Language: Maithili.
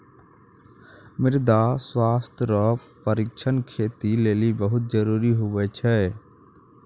मृदा स्वास्थ्य रो परीक्षण खेती लेली बहुत जरूरी हुवै छै